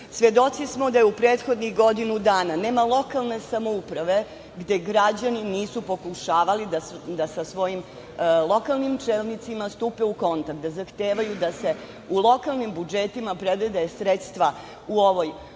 smo da je u prethodnih dana nema lokalne samouprave gde građani nisu pokušavali da sa svojim lokalnim čelnicima stupe u kontakt, da zahtevaju da se u lokalnim budžetima predvide sredstva za ovu